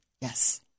Yes